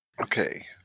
Okay